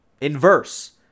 inverse